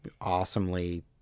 awesomely